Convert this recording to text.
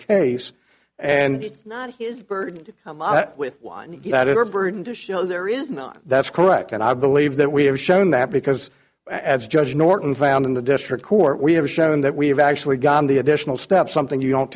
case and it's not his bird to come up with that it or burden to show there is not that's correct and i believe that we have shown that because as judge norton found in the district court we have shown that we have actually got the additional step something you don't